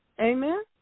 Amen